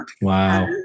Wow